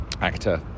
actor